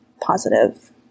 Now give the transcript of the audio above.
positive